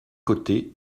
côtés